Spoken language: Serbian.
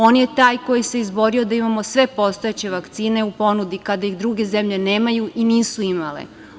On je taj koji se izborio da imamo sve postojeće vakcine u ponudi kada ih druge zemlje nemaju i nisu imale.